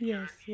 Yes